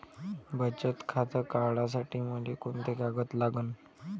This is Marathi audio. बचत खातं काढासाठी मले कोंते कागद लागन?